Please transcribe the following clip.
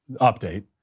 update